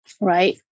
right